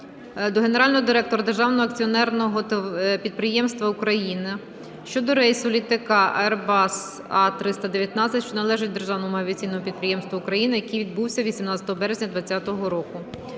до генерального директора Державного акціонерного підприємства "Україна" щодо рейсу літака Airbus A319, що належить державному авіаційному підприємству "Україна", який відбувся 18 березня 2020 року.